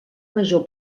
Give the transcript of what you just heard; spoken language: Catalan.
major